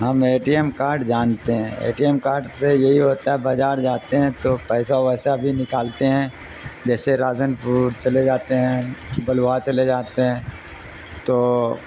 ہم A T M card جانتے ہیں اے ٹی ایم کارڈ سے یہی ہوتا ہے بازار جاتے ہیں تو پیسہ ویسہ بھی نکالتے ہیں جیسے راجن پور چلے جاتے ہیں پلوا چلے جاتے ہیں تو